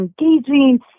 engaging